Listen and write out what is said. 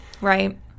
Right